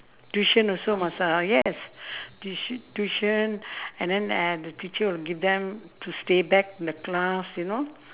tuition also must ah yes tui~ tuition and then and the teacher will give them to stay back in the class you know